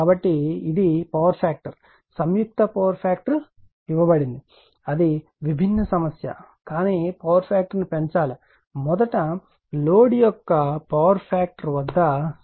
కాబట్టి ఇది power factor సంయుక్త పవర్ ఫాక్టర్ ఇవ్వబడినది అది విభిన్న సమస్య కానీ పవర్ ఫాక్టర్ పెంచాలి మొదటి లోడ్ యొక్క పవర్ ఫాక్టర్ వద్ద 0